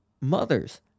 mothers